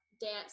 dance